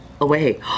away